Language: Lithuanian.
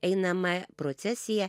einamą procesiją